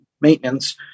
maintenance